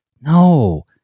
No